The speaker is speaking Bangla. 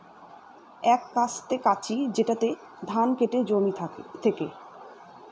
এক কাস্তে কাঁচি যেটাতে ধান কাটে জমি থেকে